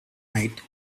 night